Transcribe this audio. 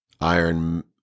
Iron